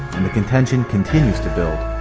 and the contention continues to build,